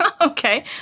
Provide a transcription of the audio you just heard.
Okay